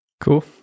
cool